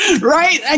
Right